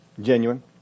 genuine